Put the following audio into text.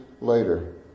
later